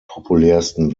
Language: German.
populärsten